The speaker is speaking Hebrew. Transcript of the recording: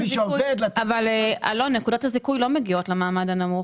אבל נקודות הזיכוי לא מגיע למעמד הנמוך.